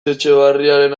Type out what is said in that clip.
etxebarriaren